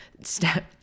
step